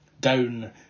Down